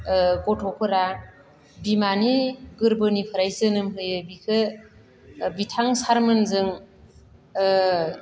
ओ गथ'फोरा बिमानि गोरबोनिफ्राय जोनोम होयो बिखो ओ बिथां सारमोनजों ओ